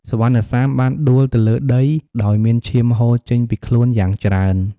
សុវណ្ណសាមបានដួលទៅលើដី ដោយមានឈាមហូរចេញពីខ្លួនយ៉ាងច្រើន។